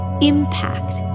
impact